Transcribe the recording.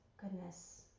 goodness